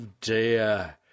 dear